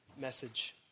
message